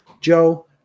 Joe